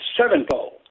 sevenfold